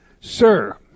Sir